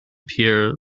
pierre